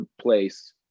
place